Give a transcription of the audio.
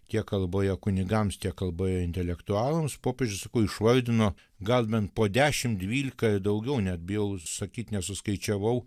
tiek kalboje kunigams tiek kalboje intelektualams popiežius išvardino gal bent po dešim dvylika daugiau net bijau sakyt nesuskaičiavau